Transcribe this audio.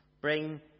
Bring